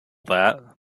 that